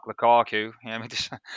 Lukaku